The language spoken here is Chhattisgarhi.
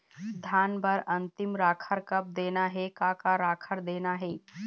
धान बर अन्तिम राखर कब देना हे, का का राखर देना हे?